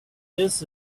this